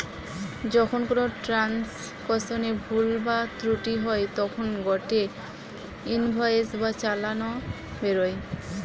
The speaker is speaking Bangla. যখন কোনো ট্রান্সাকশনে ভুল বা ত্রুটি হই তখন গটে ইনভয়েস বা চালান বেরোয়